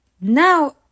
Now